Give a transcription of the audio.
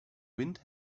wind